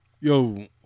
Yo